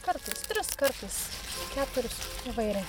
kartais tris kartais keturis įvairiai